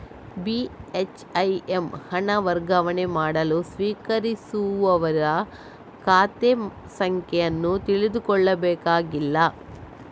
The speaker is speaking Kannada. ಬಿ.ಹೆಚ್.ಐ.ಎಮ್ ಹಣ ವರ್ಗಾವಣೆ ಮಾಡಲು ಸ್ವೀಕರಿಸುವವರ ಖಾತೆ ಸಂಖ್ಯೆ ಅನ್ನು ತಿಳಿದುಕೊಳ್ಳಬೇಕಾಗಿಲ್ಲ